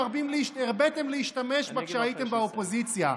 הרביתם להשתמש בה כשהייתם באופוזיציה.